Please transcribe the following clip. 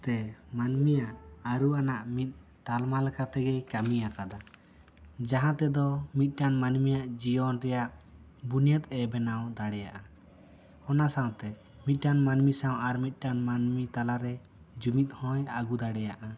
ᱛᱮ ᱢᱟᱹᱱᱢᱤᱭᱟᱜ ᱟᱹᱨᱩ ᱟᱱᱟᱜ ᱢᱤᱫ ᱫᱟᱞᱢᱟ ᱞᱮᱠᱟᱛᱮ ᱜᱤᱧ ᱠᱟᱹᱢᱤ ᱟᱠᱟᱫᱟ ᱡᱟᱦᱟᱸ ᱛᱮᱫᱚ ᱢᱤᱫ ᱴᱟᱱ ᱢᱟᱹᱱᱢᱤᱭᱟᱜ ᱡᱤᱭᱚᱱ ᱨᱮᱭᱟᱜ ᱵᱩᱱᱭᱟᱹᱫ ᱮ ᱵᱮᱱᱟᱣ ᱫᱟᱲᱮᱭᱟᱜᱼᱟ ᱚᱱᱟ ᱥᱟᱶᱛᱮ ᱢᱤᱫᱴᱟᱱ ᱢᱟᱹᱱᱢᱤ ᱥᱟᱶ ᱟᱨ ᱢᱤᱫ ᱴᱟᱱ ᱢᱟᱹᱱᱢᱤ ᱛᱟᱞᱟ ᱨᱮ ᱡᱩᱢᱤᱫ ᱦᱚᱸᱭ ᱟᱹᱜᱩ ᱫᱟᱲᱮᱭᱟᱜᱼᱟ